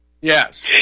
yes